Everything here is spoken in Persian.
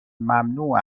ممنوع